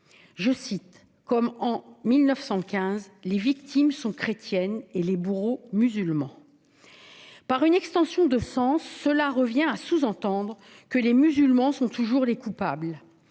:« Comme en 1915, les victimes sont chrétiennes et les bourreaux musulmans. » Mais c'est vrai ! Par une extension de sens, cela revient à sous-entendre que les musulmans sont toujours les coupables.